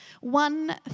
One